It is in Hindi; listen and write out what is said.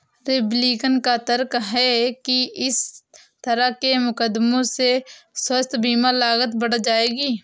रिपब्लिकन का तर्क है कि इस तरह के मुकदमों से स्वास्थ्य बीमा लागत बढ़ जाएगी